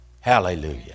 Hallelujah